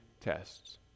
tests